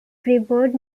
freeport